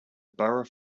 borough